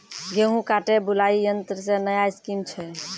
गेहूँ काटे बुलाई यंत्र से नया स्कीम छ?